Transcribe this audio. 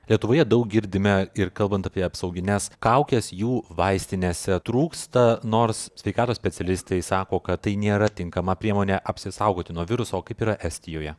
lietuvoje daug girdime ir kalbant apie apsaugines kaukes jų vaistinėse trūksta nors sveikatos specialistai sako kad tai nėra tinkama priemonė apsisaugoti nuo viruso kaip yra estijoje